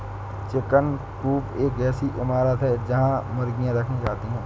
chicken coop एक ऐसी इमारत है जहां मुर्गियां रखी जाती हैं